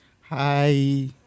Hi